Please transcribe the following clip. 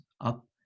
up